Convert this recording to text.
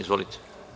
Izvolite.